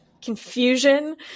confusion